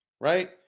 right